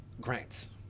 grants